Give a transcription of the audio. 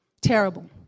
Terrible